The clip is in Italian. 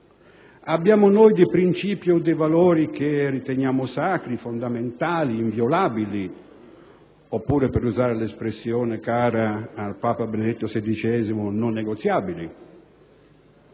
Abbiamo noi principi o valori che riteniamo sacri, fondamentali, inviolabili oppure, per usare l'espressione cara al Papa Benedetto XVI, non negoziabili?